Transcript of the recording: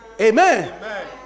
Amen